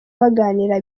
baganira